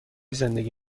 زندگی